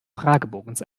fragebogens